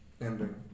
ending